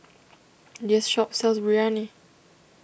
this shop sells Biryani